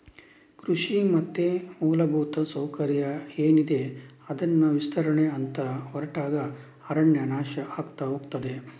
ಕೃಷಿ ಮತ್ತೆ ಮೂಲಭೂತ ಸೌಕರ್ಯ ಏನಿದೆ ಅದನ್ನ ವಿಸ್ತರಣೆ ಅಂತ ಹೊರಟಾಗ ಅರಣ್ಯ ನಾಶ ಆಗ್ತಾ ಹೋಗ್ತದೆ